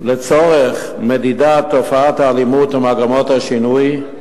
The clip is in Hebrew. לצורך מדידת תופעת האלימות ומגמות השינוי,